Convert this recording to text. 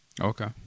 Okay